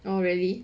oh really